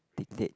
dictate